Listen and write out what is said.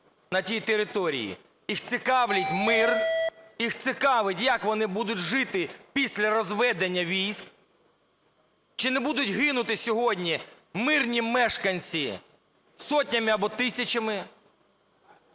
на тій території, їх цікавить мир, їх цікавить, як вони будуть жити після розведення військ, чи не будуть гинути сьогодні мирні мешканці сотнями або тисячами.